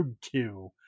two